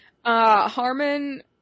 Harmon